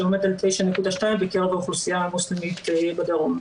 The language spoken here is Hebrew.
שעומד על 9.2% בקרב האוכלוסייה המוסלמית בדרום.